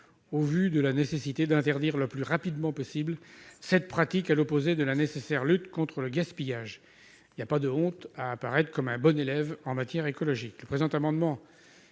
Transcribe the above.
au vu de la nécessité d'interdire le plus rapidement possible cette pratique qui s'oppose à la nécessaire lutte contre le gaspillage. Il n'y a pas de honte à être un bon élève en matière de